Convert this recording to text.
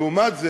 לעומת זה,